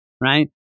right